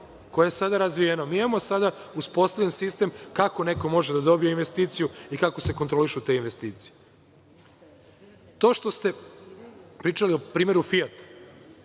koje je sada razvijeno, mi imamo sada uspostavljen sistem kako neko može da dobije investiciju i kako se kontrolišu te investicije. To što ste pričali o primeru Fijata